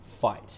fight